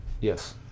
Yes